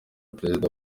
perezida